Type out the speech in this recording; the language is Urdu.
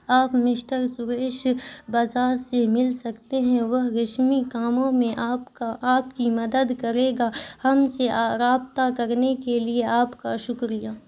آپ مسٹر سریش بجاج سے مل سکتے ہیں وہ ریشمی کاموں میں آپ کا آپ کی مدد کرے گا ہم سے رابطہ کرنے کے لیے آپ کا شکریہ